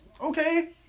Okay